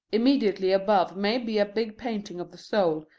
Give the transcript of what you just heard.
immediately above may be a big painting of the soul,